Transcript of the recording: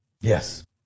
Yes